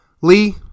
Lee